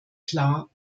klar